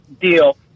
deal